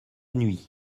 nuit